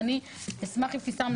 ואבתיסאם,